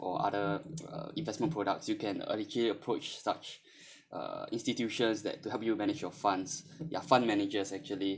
or other uh investment products you can approach such uh institutions that to help you manage your funds ya fund managers actually